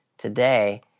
Today